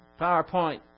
PowerPoint